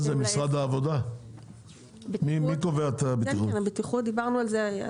מי קובע את הבטיחות?